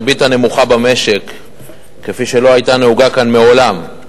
הריבית הנמוכה במשק כפי שלא היתה נהוגה כאן מעולם.